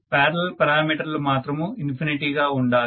parallel పారామీటర్లు మాత్రము infinity గా ఉండాలి